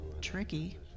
tricky